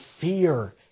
fear